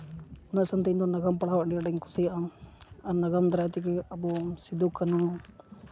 ᱚᱱᱟ ᱥᱟᱶᱛᱮ ᱤᱧᱫᱚ ᱱᱟᱜᱟᱢ ᱯᱟᱲᱦᱟᱣ ᱟᱹᱰᱤ ᱟᱸᱴ ᱤᱧ ᱠᱩᱥᱤᱭᱟᱜᱼᱟ ᱟᱨ ᱱᱟᱜᱟᱢ ᱫᱟᱨᱟᱭ ᱛᱮᱜᱮ ᱟᱵᱚ ᱥᱤᱫᱩᱼᱠᱟᱹᱱᱩ